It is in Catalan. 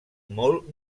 molt